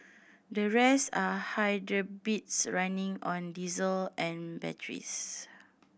the rest are running on diesel and batteries